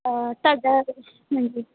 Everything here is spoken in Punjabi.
ਤੁਹਾਡਾ ਹਾਂਜੀ